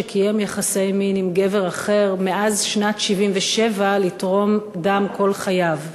על גבר שקיים יחסי מין עם גבר אחר לתרום דם כל חייו.